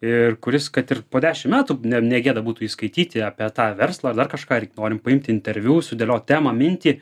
ir kuris kad ir po dešim metų ne negėda būtų jį skaityti apie tą verslą ar dar kažką norim paimti interviu sudėliot temą mintį